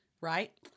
right